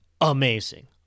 amazing